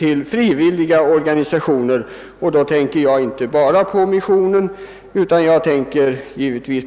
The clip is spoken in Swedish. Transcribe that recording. Jag tänker då inte bara på missionen utan också